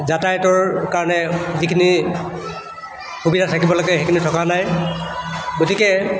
যাতায়াতৰ কাৰণে যিখিনি সুবিধা থাকিব লাগে সেইখিনি থকা নাই গতিকে